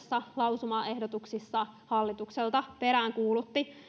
lausumaehdotuksissa hallitukselta peräänkuulutti